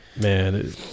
Man